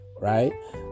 right